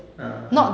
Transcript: ah